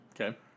Okay